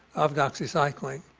of doxycycline.